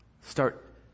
Start